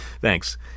Thanks